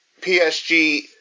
PSG